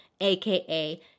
aka